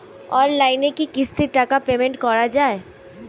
অনলাইনে কি কিস্তির টাকা পেমেন্ট করা যায়?